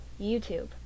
youtube